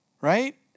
right